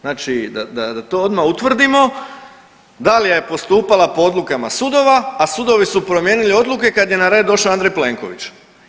Znači da to odmah utvrdimo da li je postupala po odlukama sudova, a sudovi su promijenili odluke kad je na red došao Andrej Plenković.